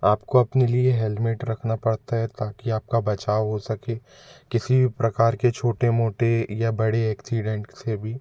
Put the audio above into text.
आपको अपने लिए हेलमेट रखना पड़ता है ताकि आपका बचाव हो सके किसी भी प्रकार के छोटे मोटे या बड़े एक्सीडेंट से भी